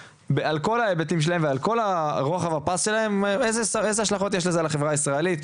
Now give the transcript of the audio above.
על כל ההיבטים שלהם ועל כל ההשלכות שיש לזה על החברה הישראלית,